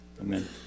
Amen